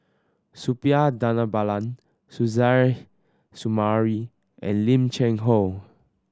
Suppiah Dhanabalan Suzairhe Sumari and Lim Cheng Hoe